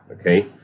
okay